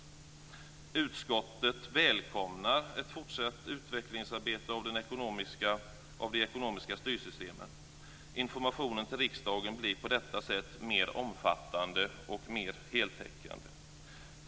Utskottet välkomnar ett fortsatt utvecklingsarbete av de ekonomiska styrsystemen. Informationen till riksdagen blir på detta sätt mer omfattande och mer heltäckande.